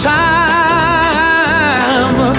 time